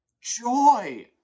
joy